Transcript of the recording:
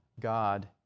God